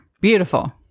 Beautiful